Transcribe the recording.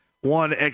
one